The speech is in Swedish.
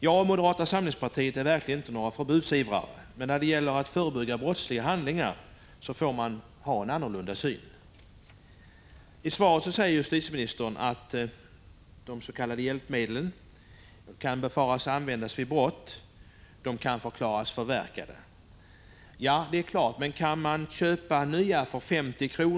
Jag och moderata samlingspartiet är verkligen inte några förbudsivrare, men när det gäller att förebygga brottsliga handlingar får man se saken annorlunda. I svaret säger justitieministern att dessa ”hjälpmedel” som kan befaras användas vid brott kan förklaras förverkade. Ja, det är klart, men kan man köpa nya för 50 kr.